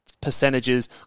percentages